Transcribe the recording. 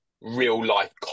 real-life